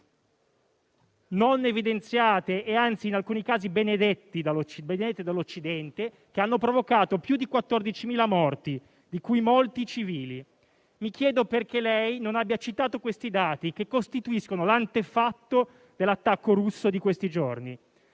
non evidenziate e anzi in alcuni casi benedette dall'Occidente, che hanno provocato più di 14.000 morti, di cui molti civili. Mi chiedo perché lei non abbia citato questi dati, che costituiscono l'antefatto dell'attacco russo di questi giorni.